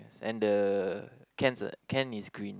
and the cans are can is green